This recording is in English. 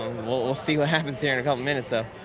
we'll we'll see what happens here in a couple minutes though.